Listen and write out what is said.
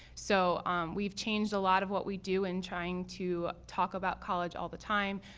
so we've changed a lot of what we do in trying to talk about college all the time.